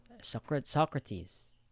Socrates